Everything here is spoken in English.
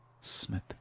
Smith